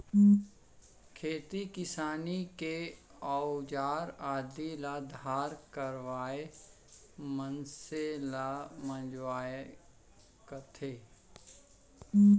खेती किसानी के अउजार आदि ल धार करवइया मनसे ल मंजवइया कथें